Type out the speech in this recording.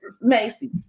Macy